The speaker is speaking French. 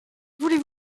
voulez